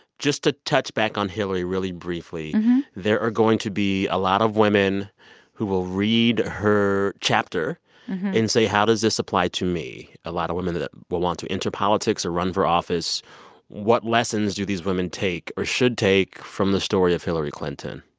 just to touch back on hillary really briefly there are going to be a lot of women who will read her chapter and say, how does this apply to me? a lot of women that will want to enter politics or run for office what lessons do these women take or should take from the story of hillary clinton?